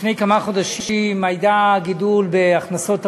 לפני כמה חודשים היה גידול בהכנסות המדינה,